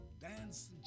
dance